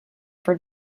for